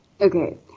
Okay